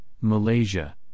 Malaysia